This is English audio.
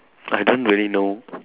I don't really know